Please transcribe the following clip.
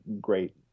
great